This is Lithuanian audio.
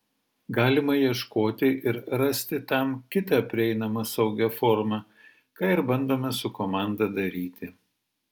galima ieškoti ir rasti tam kitą prieinamą saugią formą ką ir bandome su komanda daryti